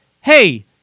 hey